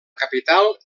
capital